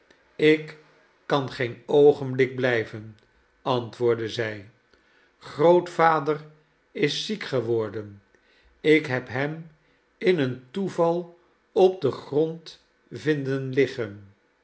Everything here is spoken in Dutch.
ik kan geen oogenblik blijven antwoordde zij grootvader is ziek geworden ik heb hem in een toeval op den grond vinden liggen